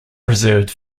preserved